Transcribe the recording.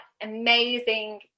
amazing